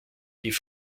die